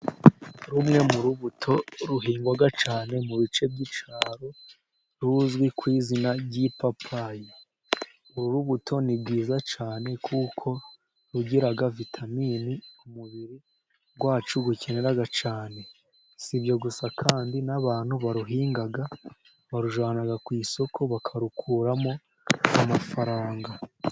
Rumwe mu rubuto ruhingwa cyane mu bice by'icyaro, ruzwi ku izina ry'ipapayi. Urubuto ni rwiza cyane kuko rugira vitaminini umubiri wacu ukenera cyane . Si ibyo gusa kandi n'abantu baruhinga barujyana ku isoko, bakarukuramo amafaranga.